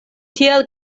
tiel